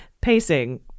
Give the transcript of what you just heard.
pacing